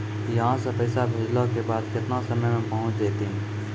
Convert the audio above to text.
यहां सा पैसा भेजलो के बाद केतना समय मे पहुंच जैतीन?